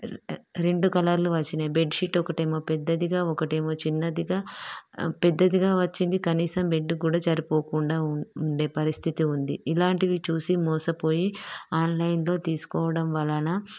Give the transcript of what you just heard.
రెండు కలర్లు వచ్చినాయి బెడ్షీట్ ఒకటి ఏమో పెద్దదిగా ఒకటి ఏమో చిన్నదిగా పెద్దదిగా వచ్చింది కనీసం బెడ్ కూడా జరిపోకుండా ఉండే పరిస్థితి ఉంది ఇలాంటివి చూసి మోసపోయి ఆన్లైన్లో తీసుకోవడం వలన